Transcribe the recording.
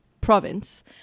province